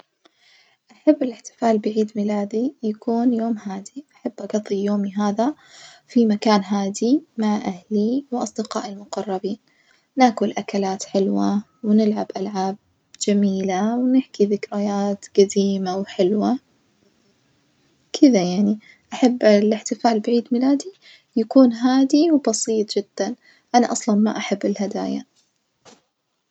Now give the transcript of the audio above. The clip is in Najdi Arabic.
أحب الإحتفال بعيد ميلادي يكون يوم هادي أحب أقظي يومي هذا في مكان هادي مع أهلي وأصدقائي المقربين، ناكل أكلات حلوة ونلعب ألعاب جميلة ونحكي ذكريات جديمة وحلوة كدة يعني، أحب الإحتفال بعيد ميلادي يكون هادي وبسيط جدًا أنا أصلًا ما أحب الهدايا.